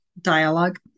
dialogue